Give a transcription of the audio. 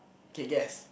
okay guess